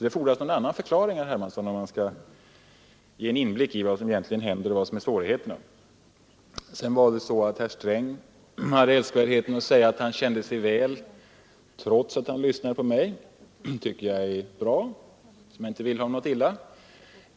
Det fordras någon annan förklaring om man skall ge en inblick i vad som verkligen händer och vari svårigheterna ligger. Herr Sträng hade älskvärdheten att säga att han kände sig väl till mods trots att han lyssnade på mig. Det tycker jag är bra, för jag vill honom inget illa.